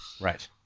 Right